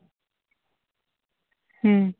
ᱦᱩᱸ